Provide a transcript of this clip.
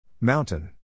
Mountain